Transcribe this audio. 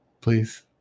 please